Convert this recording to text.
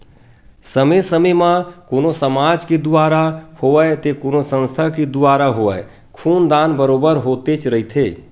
समे समे म कोनो समाज के दुवारा होवय ते कोनो संस्था के दुवारा होवय खून दान बरोबर होतेच रहिथे